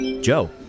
Joe